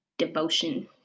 devotion